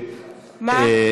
מה?